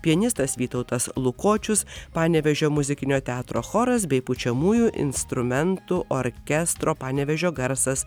pianistas vytautas lukočius panevėžio muzikinio teatro choras bei pučiamųjų instrumentų orkestro panevėžio garsas